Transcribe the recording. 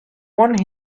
want